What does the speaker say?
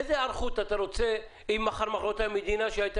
איזו היערכות אתה רוצה אם מחר מוחרתיים מדינה שהייתה